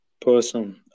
person